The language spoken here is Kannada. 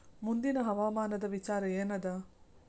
ಮುಂದಿನ ಹವಾಮಾನದ ವಿಚಾರ ಏನದ?